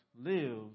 lives